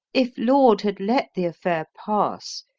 if laud had let the affair pass,